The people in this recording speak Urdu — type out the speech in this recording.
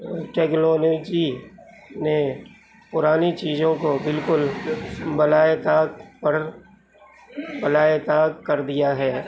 ٹیکنالوجی نے پرانی چیزوں کو بالکل بالائے طاق پر بالائے طاق کر دیا ہے